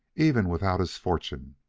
even without his fortune,